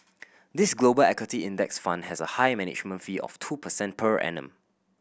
this Global Equity Index Fund has a high management fee of two percent per annum